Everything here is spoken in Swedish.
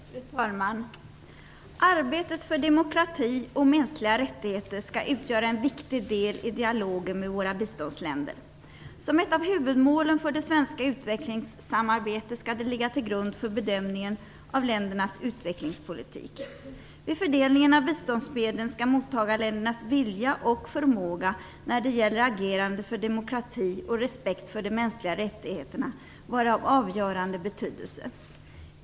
Fru talman! Arbetet för demokrati och mänskliga rättigheter skall utgöra en viktig del i dialogen med våra biståndsländer. Som ett av huvudmålen för det svenska utvecklingssamarbetet skall det ligga till grund för bedömningen av ländernas utvecklingspolitik. Vid fördelningen av biståndsmedlen skall mottagarländernas vilja och förmåga när det gäller agerandet för demokrati och respekt för de mänskliga rättigheterna vara av avgörande betydelse.